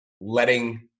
letting